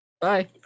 Bye